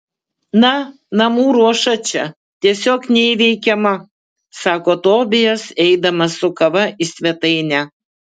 na namų ruoša čia tiesiog neįveikiama sako tobijas eidamas su kava į svetainę